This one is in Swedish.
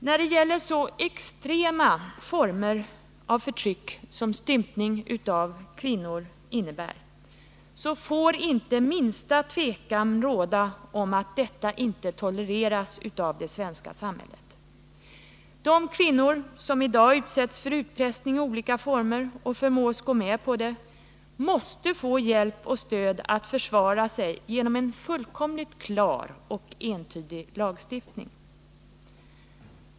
När det gäller så extrema former av förtryck, som stympning av kvinnor innebär, får inte minsta tvekan råda om trovärdigheten i påståendet att detta inte tolereras av det svenska samhället. De kvinnor som i dag utsätts för utpressning i olika former och som förmås att gå med på detta måste genom en fullkomligt klar och entydig lagstiftning få hjälp och stöd för att kunna försvara sig.